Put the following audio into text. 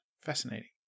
Fascinating